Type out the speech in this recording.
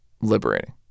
liberating